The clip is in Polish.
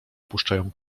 puszczają